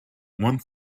one